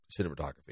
cinematography